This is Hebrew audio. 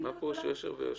מה פירוש "יושר ויושרה"?